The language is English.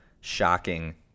shocking